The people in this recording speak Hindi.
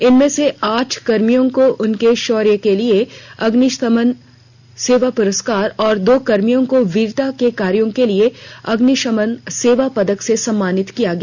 इनमें से आठ कर्मियों को उनके शौर्य के लिए अग्निशमन सेवा पुरस्कार और दो कर्मियों को वीरता के कार्यो के लिए अग्निशमन सेवा पदक से सम्मानित किया गया